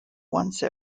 once